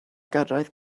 gyrraedd